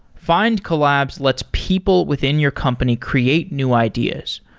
findcollabs lets people within your company create new ideas.